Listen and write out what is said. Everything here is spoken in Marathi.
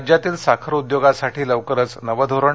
राज्यातील साखर उद्योगासाठी लवकरच नवं धोरण